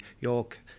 York